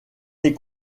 les